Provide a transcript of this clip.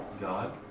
God